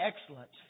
excellent